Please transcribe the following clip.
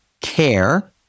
care